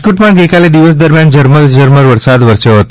રાજકોટમાં ગઈકાલે દિવસ દરમ્યાન ઝરમર વરસાદ વરસ્યો હતો